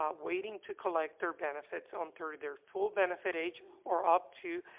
um waiting to collect their benefits until their full benefit age or up to,